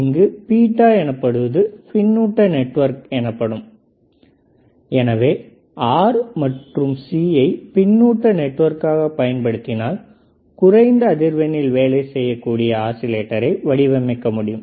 இங்கு பீட்டா எனப்படுவது பின்னூட்ட நெட்வொர்க் எனப்படும் எனவே R மற்றும் C யை பின்னூட்ட நெட்வொர்க்காக பயன்படுத்தினால் குறைந்த அதிர்வெண்ணில் வேலை செய்யக்கூடிய ஆசிலேட்டரை வடிவமைக்க முடியும்